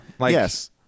Yes